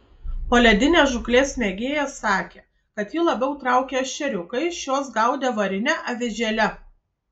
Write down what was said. poledinės žūklės mėgėjas sakė kad jį labiau traukia ešeriukai šiuos gaudė varine avižėle